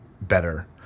better